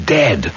dead